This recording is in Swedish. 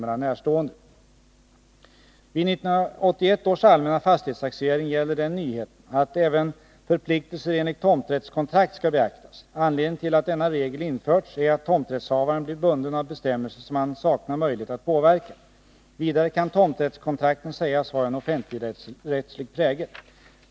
Vid 1981 års allmänna fastighetstaxering gäller den nyheten att även förpliktelser enligt tomträttskontrakt skall beaktas. Anledningen till att denna regel införts är att tomträttshavaren blir bunden av bestämmelser som han saknar möjlighet att påverka. Vidare kan tomträttskontrakten sägas ha en offentligrättslig prägel.